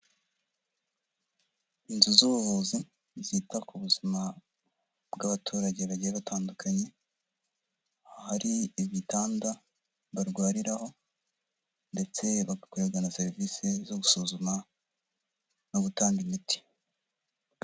Inzu z'ubuvuzi zita ku buzima bw'abaturage bagiye batandukanye, ahari ibitanda barwariraho, ndetse bagakorerwa na serivisi zo gusuzuma no gutanga imiti.